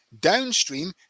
downstream